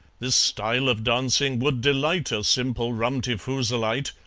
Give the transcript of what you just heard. this style of dancing would delight a simple rum-ti-foozleite.